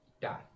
die